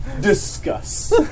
Discuss